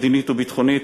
מדינית וביטחונית,